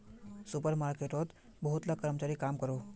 super मार्केटोत बहुत ला कर्मचारी काम करोहो